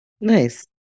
Nice